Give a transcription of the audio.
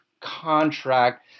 contract